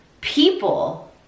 people